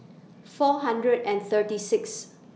four hundred and thirty six